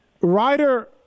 Ryder